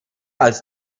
als